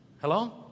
hello